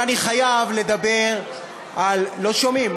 חייב לדבר על, לא שומעים.